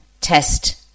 test